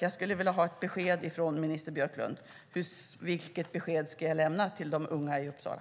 Jag skulle vilja ha ett svar från minister Björklund. Vilket besked ska jag lämna till de unga i Uppsala?